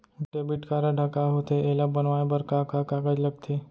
Debit card ह का होथे एला बनवाए बर का का कागज लगथे?